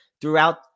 throughout